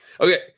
Okay